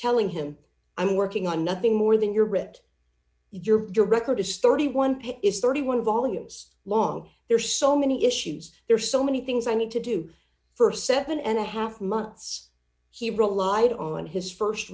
telling him i'm working on nothing more than your read your your record is thirty one page is thirty one volumes long there are so many issues there are so many things i need to do for seven and a half months he relied on his